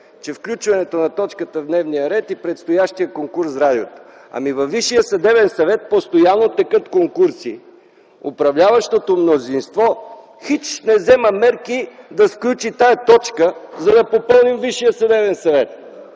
че включването на точката в дневния ред е предстоящият конкурс за радиото. Ами, във Висшия съдебен съвет постоянно текат конкурси, а управляващото мнозинство хич не взема мерки да включи тази точка, за да попълним състава на Висшия съдебен съвет.